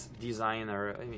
designer